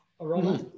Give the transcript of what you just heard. aroma